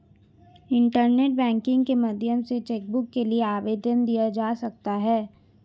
internet banking के माध्यम से चैकबुक के लिए आवेदन दिया जा सकता है